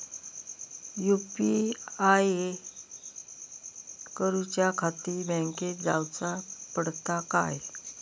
UPI करूच्याखाती बँकेत जाऊचा पडता काय?